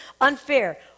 unfair